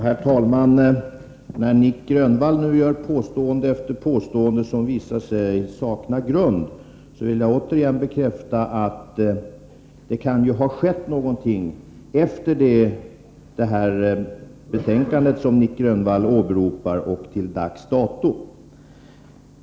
Herr talman! När Nic Grönvall nu gör påstående efter påstående som visar sig sakna grund vill jag återigen bekräfta att det kan ha skett någonting efter det att det betänkande skrevs som Nic Grönvall åberopar och till dags dato.